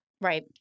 Right